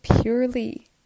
purely